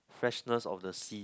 freshness of the sea